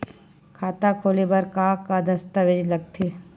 खाता खोले बर का का दस्तावेज लगथे?